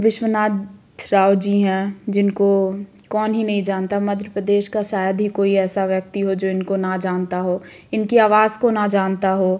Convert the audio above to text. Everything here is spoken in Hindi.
विश्वनाथ राव जी हैं जिनको कौन ही नहीं जानता मध्य प्रदेश का शायद ही कोई ऐसा व्यक्ति हो जो इनको न जानता हो इनकी आवाज़ को न जानता हो